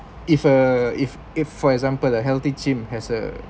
if uh if if for example a healthy chimp has a